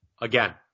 Again